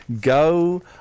Go